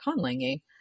conlanging